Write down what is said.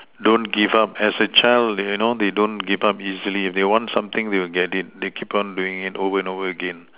don't give up as a child you know they don't give up easily they want something they will get it they keep on doing it over and over again